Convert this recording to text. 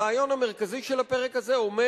הרעיון המרכזי של הפרק הזה אומר: